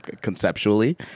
conceptually